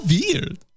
weird